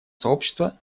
сообщества